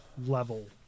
level